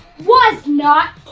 was not!